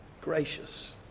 gracious